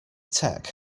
tech